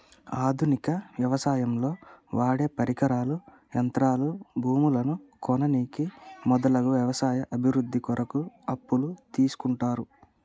ఆధునిక వ్యవసాయంలో వాడేపరికరాలు, యంత్రాలు, భూములను కొననీకి మొదలగు వ్యవసాయ అభివృద్ధి కొరకు అప్పులు తీస్కుంటరు